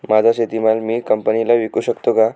माझा शेतीमाल मी कंपनीला विकू शकतो का?